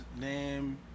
name